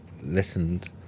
listened